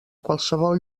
qualsevol